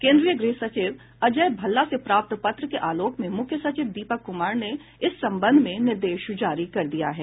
केन्द्रीय गृह सचिव अजय भल्ला से प्राप्त पत्र के आलोक में मुख्य सचिव दीपक कुमार ने इस संबंध में निर्देश जारी कर दिया है